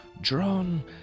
Drawn